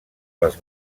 les